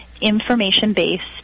information-based